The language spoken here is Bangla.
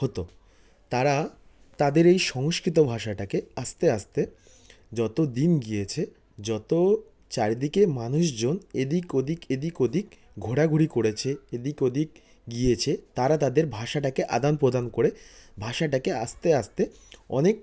হতো তারা তাদের এই সংস্কৃত ভাষাটাকে আস্তে আস্তে যত দিন গিয়েছে যত চারিদিকে মানুষজন এদিক ওদিক এদিক ওদিক ঘোরাঘুরি করেছে এদিক ওদিক গিয়েছে তারা তাদের ভাষাটাকে আদান প্রদান করে ভাষাটাকে আস্তে আস্তে অনেক